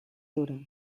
dura